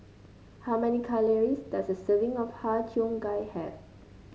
how many calories does a serving of Har Cheong Gai have